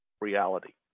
reality